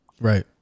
Right